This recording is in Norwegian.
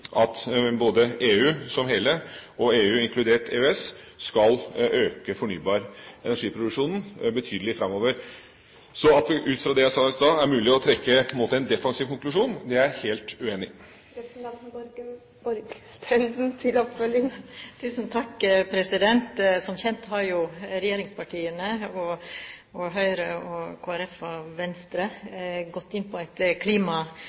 at både EU som et hele, og EU inkludert EØS skal øke den fornybare energiproduksjonen betydelig framover. Så at det ut fra det jeg sa i stad, er mulig å trekke mot en defensiv konklusjon, er jeg helt uenig i. Som kjent har jo regjeringspartiene og Høyre, Kristelig Folkeparti og Venstre gått inn på et